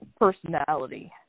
personality